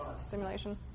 stimulation